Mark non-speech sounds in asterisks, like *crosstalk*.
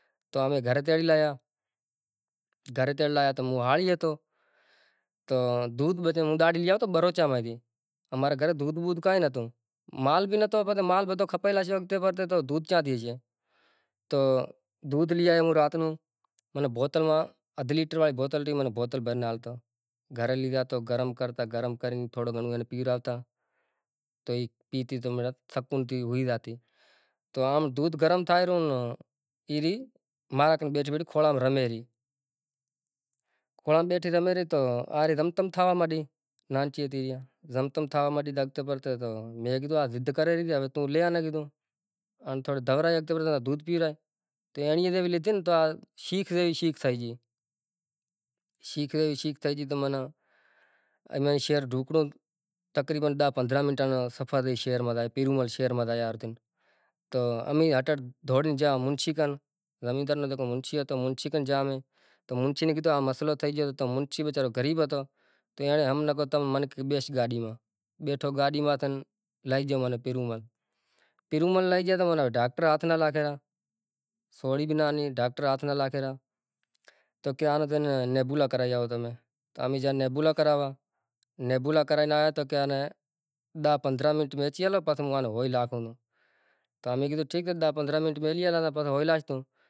کرفیو لاگی گیو سے شہر سجو بند سے موٹر سینکل ماتھے ترن ترن چار چار سواریوں اپاڑونڑ بند سے تمیں ترن ترن چار چار زنڑا ٹنگیا زائی ریا سو ماناں تمیں شرم حیا سے ماناں امیں تاں نیں خبر اے اناڑی مانڑاں ناں ناں ایوی کو وات ئی نتھی، زانوڑو ئے تو زانونڑو اے زمیندار کہے چم نتھی آوتا گریب مانڑو تو زائوں سے، پسے آئیں گیا زائے تو پسے دھکا لاگی گیا تو امیں ٹھری گیا دھیندہا کرنڑ زائی ریا ایئاں ناں بھی ناں میکھے ریا ایم زائے ریا جیوو کو مارے راکھیو، ہوے شوں کراں، ہمیں بئے ترن زنڑا سیں امیں زانوڑو بھی سے اماں بھیگا بئے ترن زنڑا ہتا ماں ناں کہیو کی ای کام کر آہستے آہستے گاڈی ہاکتو زا سیٹا اشارا کرتو کی آوے را کہ آوتو زا، امیں تھیو موہر زم تم کری مٹی گیو پر واپسی جیو ناں کہے مٹاں، ہوے شوں کراں بھئی ایئں تھی بنیئے ناں جاں، ایئں تھی واپسی آیا *unintelligible* وری چار زنڑا سڑی آوی ریا تو وری سادی وردی میں کو آوتو ریو،